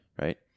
Right